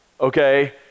okay